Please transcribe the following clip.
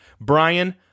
Brian